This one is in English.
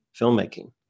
filmmaking